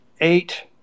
eight